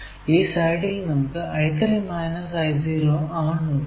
ഈ സൈഡിൽ നമുക്ക് I3 I0 ആണുള്ളത്